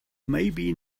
maybe